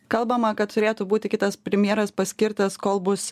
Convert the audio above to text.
kalbama kad turėtų būti kitas primjeras paskirtas kol bus